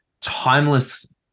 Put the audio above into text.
timeless